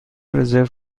رزرو